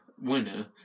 winner